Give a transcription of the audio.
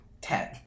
ten